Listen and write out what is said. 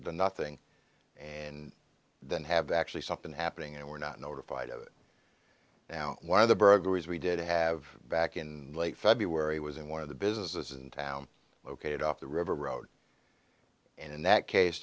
the nothing and than have actually something happening and we're not notified of it now one of the burglaries we did have back in late february was in one of the businesses in town located off the river road and in that case